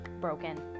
broken